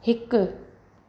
हिकु